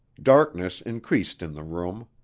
darkness increased in the room.